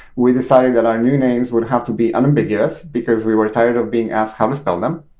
we decided that our new names would have to be unambiguous, because we were tired of being asked how to spell them.